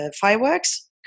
fireworks